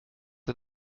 een